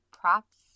props